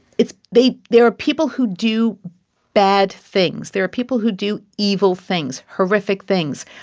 it's they there are people who do bad things. there are people who do evil things, horrific things.